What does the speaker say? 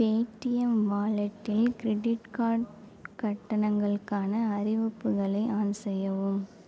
Paytm வாலெட்டில் credit card கட்டணங்களுக்கான அறிவிப்புகளை ஆன் செய்யவும்